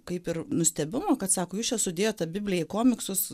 kaip ir nustebimo kad sako jūs čia sudėjot tą bibliją į komiksus